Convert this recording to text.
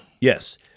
Yes